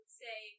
say